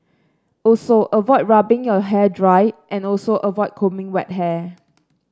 also avoid rubbing your hair dry and also avoid combing wet hair